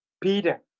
Peter